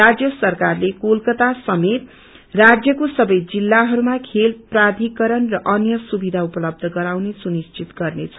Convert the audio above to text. राज्य सरकारले कोलकत्ता समेत राज्यको सवै जिल्लाहरूमा खेल प्राथिकरण र अन्य सुविधा उपलब्ध गराउने सुनिश्चित गर्नेछ